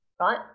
right